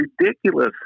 ridiculous